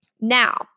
Now